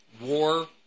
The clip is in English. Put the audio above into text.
War